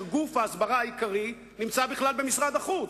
גוף ההסברה העיקרי נמצא בכלל במשרד החוץ.